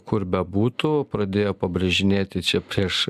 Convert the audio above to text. kur bebūtų pradėjo pabrėžinėti čia prieš